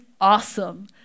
awesome